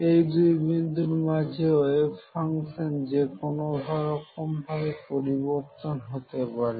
এই দুই বিন্দু মাঝে ওয়েভ ফাংশন যে কোন রকম ভাবে পরিবর্তন হতে পারে